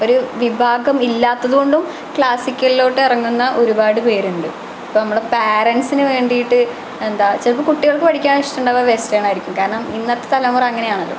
ഒരു വിഭാഗം ഇല്ലാത്തതുകൊണ്ടും ക്ലാസിക്കലിലോട്ട് ഇറങ്ങുന്ന ഒരുപാട് പേരുണ്ട് ഇപ്പോള് നമ്മള് പാരന്റ്സിനു വേണ്ടിയിട്ട് എന്താണ് ചിലപ്പോള് കുട്ടികൾക്ക് പഠിക്കാൻ ഇഷ്ടമുണ്ടാവുക വെസ്റ്റേണ് ആയിരിക്കും കാരണം ഇന്നത്തെ തലമുറ അങ്ങനെയാണല്ലോ